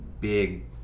big